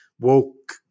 woke